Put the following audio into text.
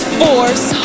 force